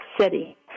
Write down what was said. City